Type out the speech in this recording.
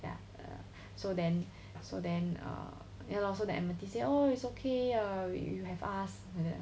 ya so then so then err yah lor so the amethyst say oh it's okay ya you have us okay